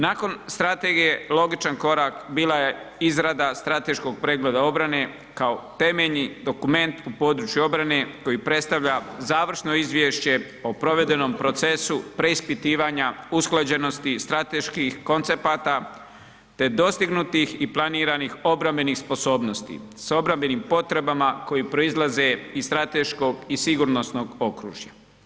Nakon strategije logičan korak bila je izrada strateškog pregleda obrane kao temeljni dokument u području obrane koji predstavlja završno izvješće o provedenom procesu preispitivanja, usklađenosti strateških koncepata, te dostignutih i planiranih obrambenih sposobnosti s obrambenim potrebama koji proizlaze iz strateškog i sigurnosnog okružja.